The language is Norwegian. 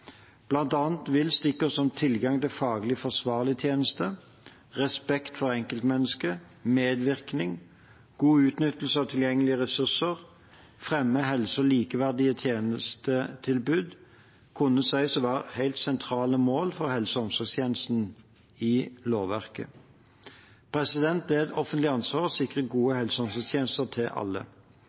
som tilgang til faglig forsvarlig tjeneste, respekt for enkeltmennesker, medvirkning, god utnyttelse av tilgjengelige ressurser og å fremme helse og likeverdige tjenestetilbud kunne sies å være helt sentrale mål for helse- og omsorgstjenesten i lovverket. Det er et offentlig ansvar å sikre gode helse- og omsorgstjenester til alle.